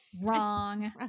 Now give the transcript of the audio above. Wrong